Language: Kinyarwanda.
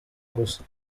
gusa